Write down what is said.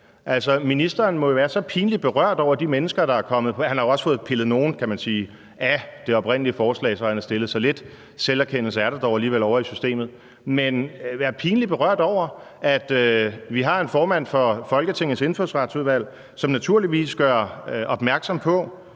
ministeren må jo være så pinligt berørt over de mennesker, der er kommet med på det. Han har jo også fået pillet nogle af det oprindelige forslag, som han har fremsat, så lidt selverkendelse er der dog alligevel ovre i systemet. Men altså, han må være pinligt berørt over, at vi har en formand for Folketingets Indfødsretsudvalg, som naturligvis – når man